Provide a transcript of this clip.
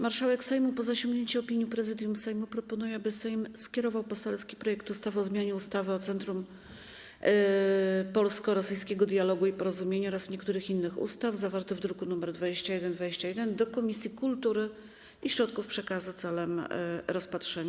Marszałek Sejmu, po zasięgnięciu opinii Prezydium Sejmu, proponuje, aby Sejm skierował poselski projekt ustawy o zmianie ustawy o Centrum Polsko-Rosyjskiego Dialogu i Porozumienia oraz niektórych innych ustaw, zawarty w druku nr 2121, do Komisji Kultury i Środków Przekazu w celu rozpatrzenia.